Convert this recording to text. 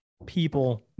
people